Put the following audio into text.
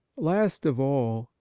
last of all,